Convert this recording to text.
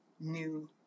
new